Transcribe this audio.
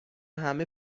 همه